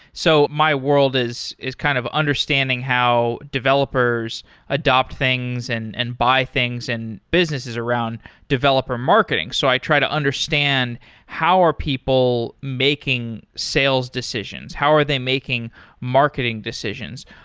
so my world is is kind of understanding how developers adapt things and and buy things and businesses around developer marketing. so i try to understand how are people making sales decisions. how are they making marketing decisions?